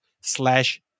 slash